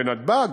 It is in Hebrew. בנתב"ג,